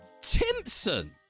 Timpson